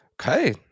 Okay